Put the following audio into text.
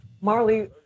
Marley